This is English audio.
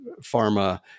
pharma